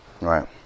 Right